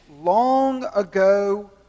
long-ago